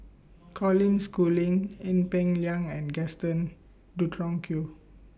Colin Schooling Ee Peng Liang and Gaston Dutronquoy